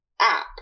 app